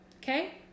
okay